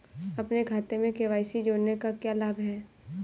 अपने खाते में के.वाई.सी जोड़ने का क्या लाभ है?